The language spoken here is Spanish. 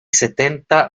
setenta